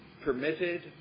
permitted